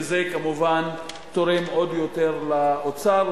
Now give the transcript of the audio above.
וזה כמובן תורם עוד יותר לאוצר.